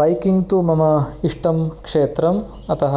biking तु मम इष्टं क्षेत्रम् अतः